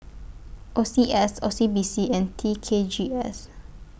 O C S O C B C and T K G S